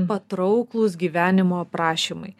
patrauklūs gyvenimo aprašymai